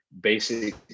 basic